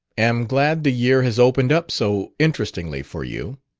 am glad the year has opened up so interestingly for you.